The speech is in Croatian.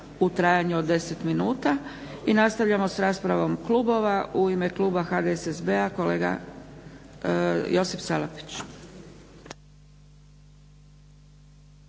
u trajanju od deset minuta. I nastavljamo s raspravom klubova. U ime Kluba HDSSB-a kolega Josip Salapić.